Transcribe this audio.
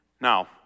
Now